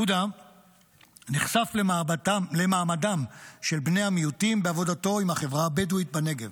יהודה נחשף למעמדם של בני המיעוטים בעבודתו עם החברה הבדואית בנגב.